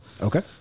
Okay